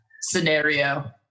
scenario